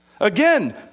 Again